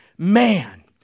Man